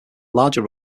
larger